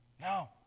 no